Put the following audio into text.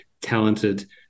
talented